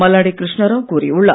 மல்லாடி கிருஷ்ணா ராவ் கூறியுள்ளார்